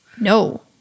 No